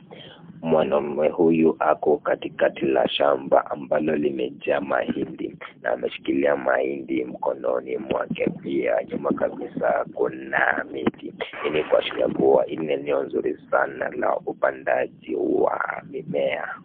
Mwanaume huyu ako katikati ya shamba ambayo imejaa mahindi. Ameshikilia mahindi mkononi mwake pia. Nyuma kabisa kuna miti ili kuashiria hili ni eneo nzuri sana ya upandaji wa mimea.